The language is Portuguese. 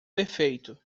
perfeito